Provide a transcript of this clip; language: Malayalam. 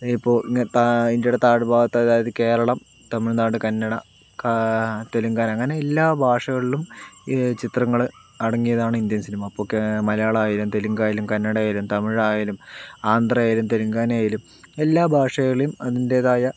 ഇപ്പോൾ ഇങ്ങ് ഇന്ത്യയുടെ താഴ് ഭാഗത്ത് അതായത് കേരളം തമിഴ്നാട് കന്നഡ തെലുങ്കാന അങ്ങനെ എല്ലാ ഭാഷകളിലും ചിത്രങ്ങൾ അടങ്ങിയതാണ് ഇന്ത്യൻ സിനിമ അപ്പോൾ മലയാളം ആയാലും തെലുങ്ക് ആയാലും കന്നഡ ആയാലും തമിഴ് ആയാലും ആന്ധ്ര ആയാലും തെലുങ്കാന ആയാലും എല്ലാ ഭാഷകളിലും അതിന്റേതായ